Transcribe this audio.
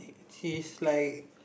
she's like